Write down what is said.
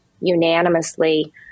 unanimously